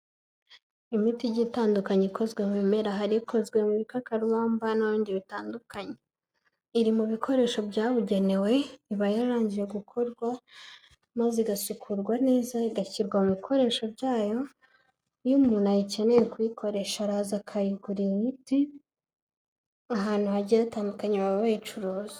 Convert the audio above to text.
Imiti igiye itandukanye ikozwe mu bimera, hari ikozwe mu bikakarubamba n'ibindi bitandukanye, iri mu bikoresho byabugenewe, iba yararangije gukorwa maze igasukurwa neza igashyirwa mu bikoresho byayo, iyo umuntu ayikeneye kuyikoresha araza akayigura imiti, ahantu hagiye hatandukanye baba bayicuruza.